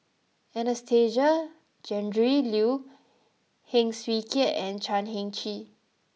Anastasia Tjendri Liew Heng Swee Keat and Chan Heng Chee